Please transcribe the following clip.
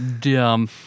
Dumb